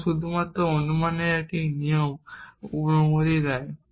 এবং শুধুমাত্র অনুমানের একটি নিয়ম অনুমতি দেয়